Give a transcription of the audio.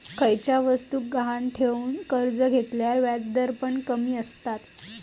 खयच्या वस्तुक गहाण ठेवन कर्ज घेतल्यार व्याजदर पण कमी आसतत